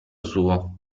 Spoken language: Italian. suo